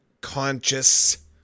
conscious